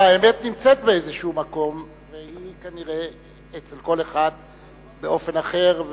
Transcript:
והאמת נמצאת באיזה מקום והיא כנראה אצל כל אחד באופן אחר.